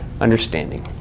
understanding